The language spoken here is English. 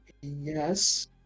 Yes